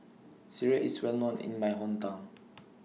Sireh IS Well known in My Hometown